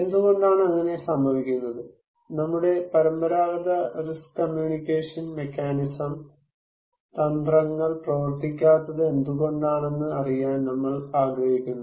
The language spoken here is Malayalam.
എന്തുകൊണ്ടാണ് അങ്ങനെ സംഭവിക്കുന്നത് നമ്മുടെ പരമ്പരാഗത റിസ്ക് കമ്മ്യൂണിക്കേഷൻ മെക്കാനിസം തന്ത്രങ്ങൾ പ്രവർത്തിക്കാത്തത് എന്തുകൊണ്ടാണെന്ന് അറിയാൻ നമ്മൾ ആഗ്രഹിക്കുന്നു